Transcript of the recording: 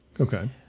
Okay